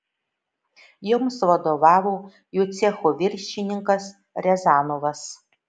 joms vadovavo jų cecho viršininkas riazanovas